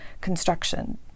construction